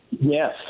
Yes